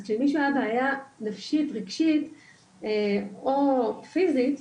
אז כשלמישהו היתה בעיה נפשית רגשית או פיזית,